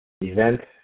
Event